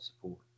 support